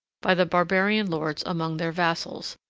by the barbarian lords among their vassals,